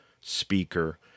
speaker